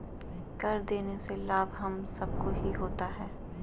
कर देने से लाभ हम सबको ही होता है